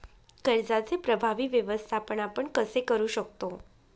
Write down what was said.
कर्जाचे प्रभावी व्यवस्थापन आपण कसे करु शकतो?